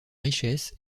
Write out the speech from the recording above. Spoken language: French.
richesse